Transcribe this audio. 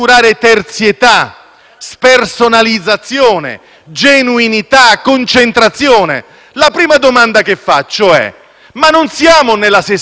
spersonalizzazione, genuinità, concentrazione. La prima domanda che faccio è la seguente: non siamo forse nella sessione di bilancio?